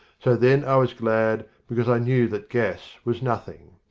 so then i was glad because i knew that gas was nothing.